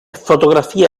fotografia